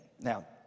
Now